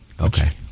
Okay